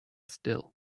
still